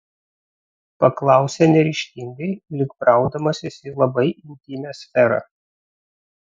paklausė neryžtingai lyg braudamasis į labai intymią sferą